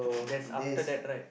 there's after that right